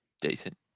decent